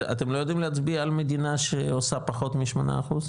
אתם לא יודעים להצביע על מדינה שעושה פחות מ-8%?